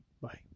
Bye